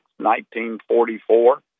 1944